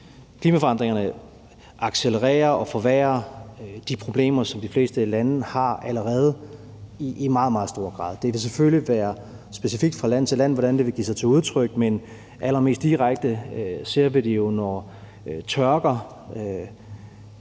Klimaforandringerne accelererer og forværrer de problemer, som de fleste lande allerede har i meget, meget stor grad. Det vil selvfølgelig være specifikt fra land til land, hvordan det vil give sig til udtryk, men allermest direkte ser vi det jo, når tørker